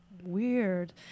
Weird